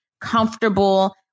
comfortable